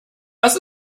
was